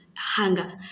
Hunger